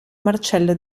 marcello